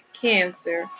cancer